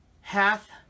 hath